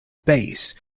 base